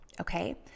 Okay